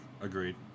Agreed